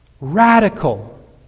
Radical